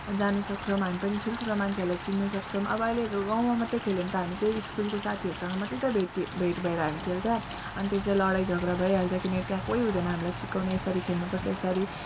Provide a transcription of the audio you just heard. जानु सक्छौँ हामी पनि ठुल्ठुलो मान्छेहरूलाई चिन्नु सक्छौँ अब अहिलेको गाउँंमा मात्र खेल्यो भने त हामी त्यही स्कुलको साथीहरूसँग मात्र त भेटियो भेट भएर हामी खेल्छ अनि त्यसै लडाइँ झगडा भइहाल्छ किनकि त्यहाँ कोही हुँदैन हामीलाई सिकाउने यसरी खेल्नु पर्छ यसरी